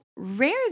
rare